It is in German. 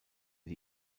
die